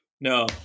No